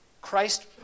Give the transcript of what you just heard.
Christ